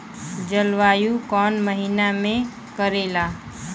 जलवायु कौन महीना में करेला?